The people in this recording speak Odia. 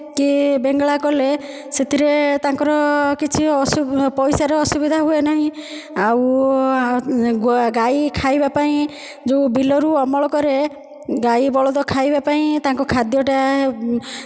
କି ବେଙ୍ଗଳା କଲେ ସେଥିରେ ତାଙ୍କର କିଛି ପଇସାର ଅସୁବିଧା ହୁଏ ନାହିଁ ଆଉ ଗାଈ ଖାଇବା ପାଇଁ ଯେଉଁ ବିଲରୁ ଅମଳ କରେ ଗାଈ ବଳଦ ଖାଇବା ପାଇଁ ତାଙ୍କ ଖାଦ୍ୟଟା